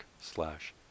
slash